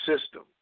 system